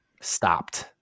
stopped